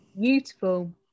beautiful